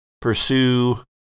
pursue